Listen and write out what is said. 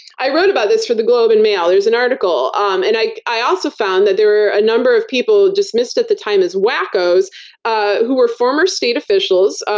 i wrote about this for the globe and mail. there's an article, um and i i also found that there were a number of people dismissed at the time as wackos ah who were former state officials.